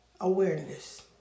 awareness